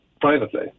privately